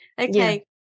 Okay